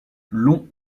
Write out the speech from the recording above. long